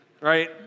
right